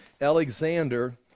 Alexander